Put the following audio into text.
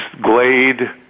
Glade